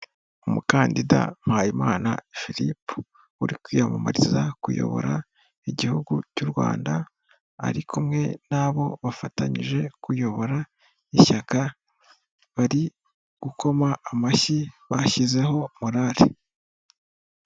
Umukandida Mpayimana Philippe uri kwiyamamariza kuyobora igihugu cy'u Rwanda, ari kumwe n'abo bafatanyije kuyobora ishyaka bari gukoma amashyi, bashyizeho morare.